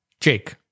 Jake